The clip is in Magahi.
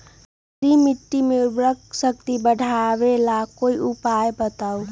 काली मिट्टी में उर्वरक शक्ति बढ़ावे ला कोई उपाय बताउ?